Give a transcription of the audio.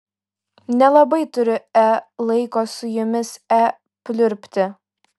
nelabai turiu e laiko su jumis e pliurpti